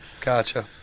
Gotcha